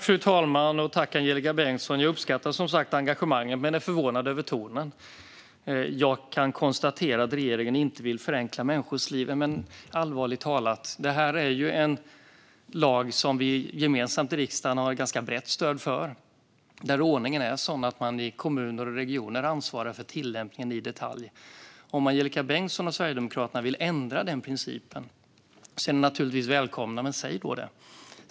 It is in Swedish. Fru talman! Jag uppskattar som sagt engagemanget, men jag är förvånad över tonen. Angelika Bengtsson säger sig kunna konstatera att regeringen inte vill förenkla människors liv. Men allvarligt talat - det här är en lag som vi gemensamt i riksdagen har ett ganska brett stöd för. Ordningen är sådan att man i kommuner och regioner ansvarar för tillämpningen i detalj. Om Angelika Bengtsson och Sverigedemokraterna vill ändra den principen är ni naturligtvis välkomna. Men säg då det!